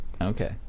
Okay